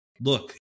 look